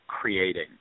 creating